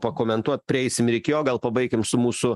pakomentuot prieisim reikėjo gal pabaikim su mūsų